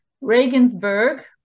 Regensburg